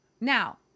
Now